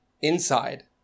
inside